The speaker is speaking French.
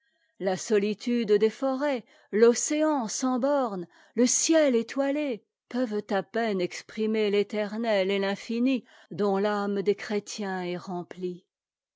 la solitude des forets l'océan sans bornes le ciel étoilé peuvent à peine exprimer l'é'ternet et l'infini dont l'âme des chrétiens est remplie